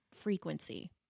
frequency